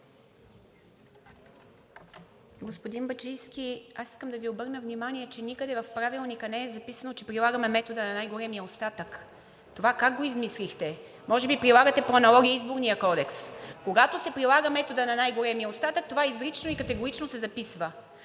Господин Бачийски, аз искам да Ви обърна внимание, че никъде в Правилника не е записано, че прилагаме метода на най-големия остатък. Това как го измислихте?!Може би прилагате по аналогия Изборния кодекс! Когато се прилага методът на най-големия остатък, това изрично и категорично се записва,